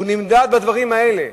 הוא נמדד בדברים האלה.